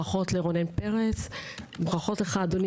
ברכות לרונן פרץ וברכות לך אדוני